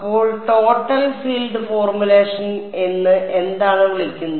അപ്പോൾ total field formulation എന്ന് എന്താണ് വിളിക്കുന്നത്